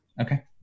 Okay